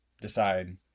decide